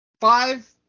Five